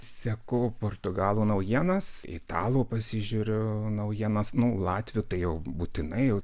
seku portugalų naujienas italų pasižiūriu naujienas nu latvių tai jau būtinai jau